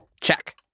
Check